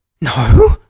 no